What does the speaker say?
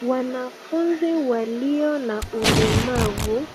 Wanafunzi walio na ulemavu